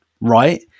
right